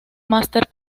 máster